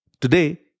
Today